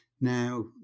Now